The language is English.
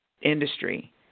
industry